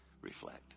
reflect